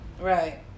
Right